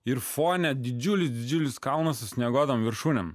ir fone didžiulis didžiulis kalnas su snieguotom viršūnėm